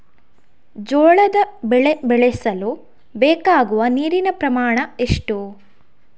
ಜೋಳದ ಬೆಳೆ ಬೆಳೆಸಲು ಬೇಕಾಗುವ ನೀರಿನ ಪ್ರಮಾಣ ಎಷ್ಟು?